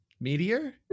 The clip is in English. Meteor